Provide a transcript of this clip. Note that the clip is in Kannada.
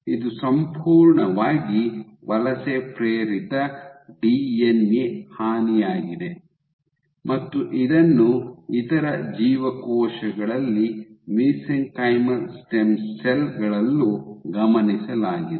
ಇದು ಸಂಪೂರ್ಣವಾಗಿ ವಲಸೆ ಪ್ರೇರಿತ ಡಿಎನ್ಎ ಹಾನಿಯಾಗಿದೆ ಮತ್ತು ಇದನ್ನು ಇತರ ಜೀವಕೋಶಗಳಲ್ಲಿ ಮಿಸ್ಕೆಂಕೈಮಲ್ ಸ್ಟೆಮ್ ಸೆಲ್ ಗಳಲ್ಲೂ ಗಮನಿಸಲಾಗಿದೆ